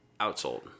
outsold